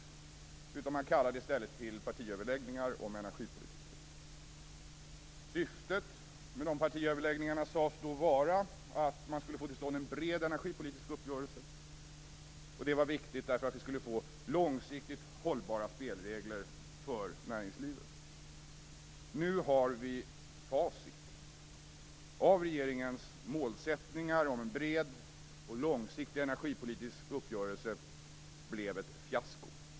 I stället kallade man till partiöverläggningar om energipolitiken. Syftet med dem sades vara att man skulle få till stånd en bred energipolitisk uppgörelse. Det var viktigt för att vi skulle få långsiktigt hållbara spelregler för näringslivet. Nu har vi facit. Av regeringens målsättning om en bred och långsiktig energipolitisk uppgörelse blev ett fiasko.